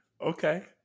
okay